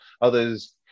Others